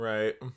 Right